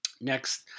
Next